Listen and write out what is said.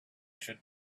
should